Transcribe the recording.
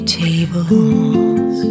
tables